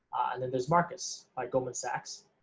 and then there's marcus by goldman sachs.